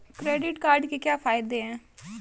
Credit card के क्या फायदे हैं?